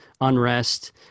unrest